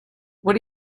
what